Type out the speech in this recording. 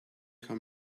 her